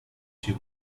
she